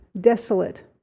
desolate